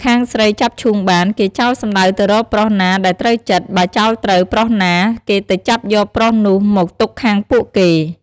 ខាងស្រីចាប់ឈូងបាន គេចោលសំដៅទៅរកប្រុសណាដែលត្រូវចិត្ដ បើចោលត្រូវប្រុសណា គេទៅចាប់យកប្រុសនោះមកទុកខាងពួកគេ។